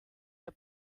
der